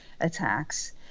attacks